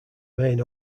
main